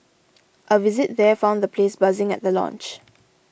a visit there found the place buzzing at the launch